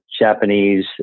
Japanese